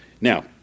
Now